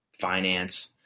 finance